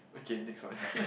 okay next one